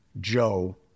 Joe